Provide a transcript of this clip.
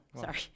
sorry